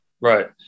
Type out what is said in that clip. right